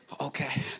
Okay